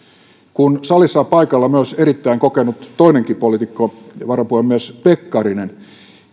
kun salissa on paikalla myös erittäin kokenut toinenkin poliitikko varapuhemies pekkarinen